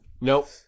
Nope